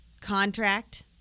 contract